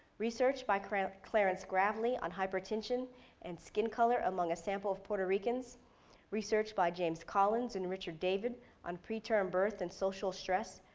research by clarence clarence gravlee on hypertension and skin color among a sample of puerto ricans researched by james collins and richard david on pre-term birth and social stress,